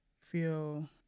feel